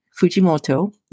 Fujimoto